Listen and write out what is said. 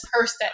person